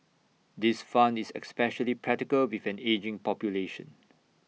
this fund is especially practical with an ageing population